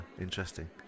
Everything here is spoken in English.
interesting